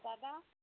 दादा